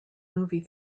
movie